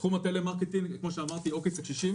תחום הטלמרקטינג, עוקץ הקשישים